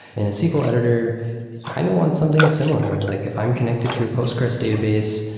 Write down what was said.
in a sql editor you kind of want something similar. like if i'm connected to postgres database,